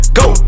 go